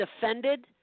defended